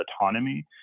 autonomy